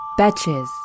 Betches